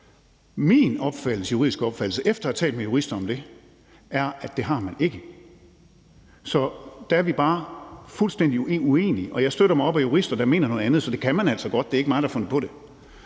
Min juridiske opfattelse efter at have talt med jurister om det er, at det har man ikke. Så der er vi bare fuldstændig uenige, og jeg støtter mig op ad jurister, der mener noget andet. Så det kan man altså godt; det er ikke mig, der har fundet på det.